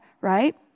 right